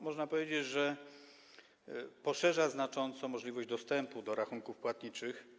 Można powiedzieć, że poszerza znacząco możliwość dostępu do rachunków płatniczych.